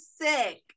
sick